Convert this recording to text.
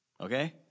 Okay